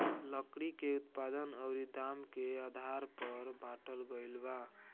लकड़ी के उत्पादन अउरी दाम के आधार पर बाटल गईल बा